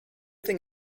thing